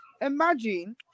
imagine